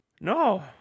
No